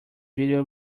video